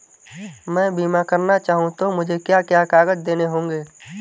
मैं बीमा करना चाहूं तो मुझे क्या क्या कागज़ देने होंगे?